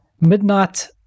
midnight